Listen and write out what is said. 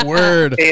Word